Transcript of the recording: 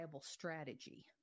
strategy